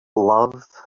love